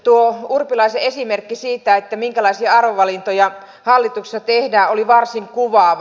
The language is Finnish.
tuo urpilaisen esimerkki siitä minkälaisia arvovalintoja hallituksessa tehdään oli varsin kuvaava